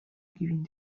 giving